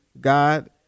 God